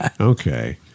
Okay